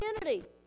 community